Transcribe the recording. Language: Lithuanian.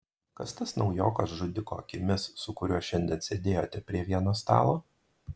kas tas naujokas žudiko akimis su kuriuo šiandien sėdėjote prie vieno stalo